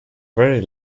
very